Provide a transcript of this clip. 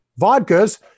vodkas